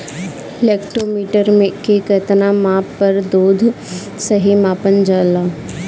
Lactometer के कितना माप पर दुध सही मानन जाला?